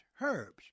herbs